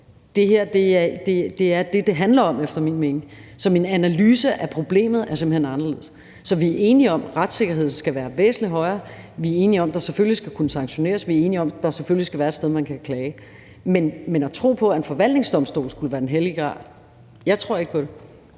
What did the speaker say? Det er det, det handler om, efter min mening. Så min analyse af problemet er simpelt hen anderledes. Vi er enige om, at retssikkerheden skal være væsentlig højere; vi er enige om, at der selvfølgelig skal kunne sanktioneres; vi enige om, at der selvfølgelig skal være et sted, man kan klage. Men til det at tro på, at en forvaltningsdomstol skulle være den hellige gral, vil jeg sige, at